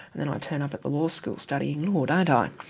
then i turn up at the law school, studying law, don't i?